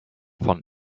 von